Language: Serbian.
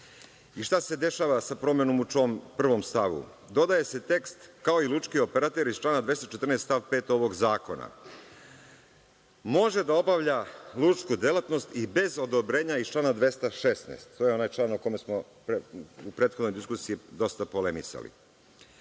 se dešava sa promenom u stavu 1? Dodaje se tekst, kao i lučki operater iz člana 214. stav 5. ovog zakona, može da obavlja lučku delatnost i bez odobrenja iz člana 216. To je onaj član o kome smo dosta u prethodnoj diskusiji polemisali.